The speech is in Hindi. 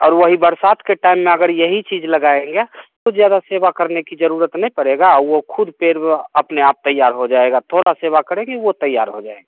और वही बरसात के टाइम में अगर यही चीज लगाएँगे तो ज्यादा सेवा करने की जरूरत नहीं पड़ेगी वो खुद पेड़ अपने आप तैयार हो जाएगा थोड़ा सेवा करेंगी वो तैयार हो जाएगा